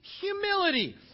humility